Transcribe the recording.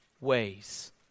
ways